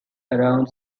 around